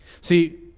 See